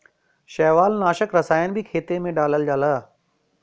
शैवालनाशक रसायन भी खेते में डालल जाला